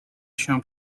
się